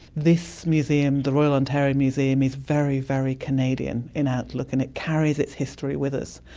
this museum, the royal ontario museum, is very, very canadian in outlook, and it carries its history with us.